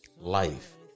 Life